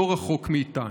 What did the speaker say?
לא רחוק מאיתנו.